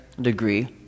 degree